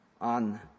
on